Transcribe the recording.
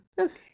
okay